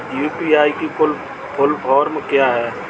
UPI की full form क्या है?